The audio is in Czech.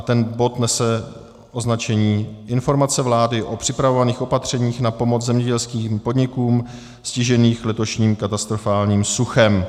Ten bod nese označení Informace vlády o připravovaných opatření na pomoc zemědělským podnikům stiženým letošním katastrofálním suchem.